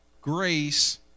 grace